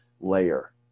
layer